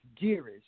dearest